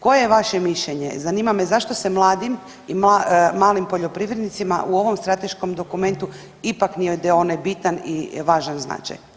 Koje je vaše mišljenje, zanima me zašto se mladim i malim poljoprivrednicima u ovom strateškom dokumentu ipak ne daje onaj bitan i važan značaj.